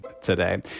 today